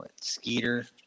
Skeeter